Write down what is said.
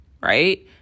right